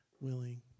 willing